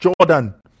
Jordan